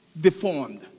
deformed